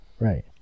Right